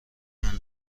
منه